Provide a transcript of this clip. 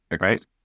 right